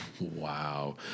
Wow